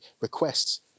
requests